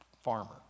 farmer